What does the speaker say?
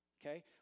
okay